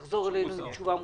תחזור אלינו עם תשובה מוסמכת.